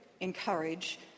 encourage